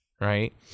right